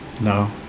No